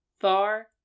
far